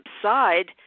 subside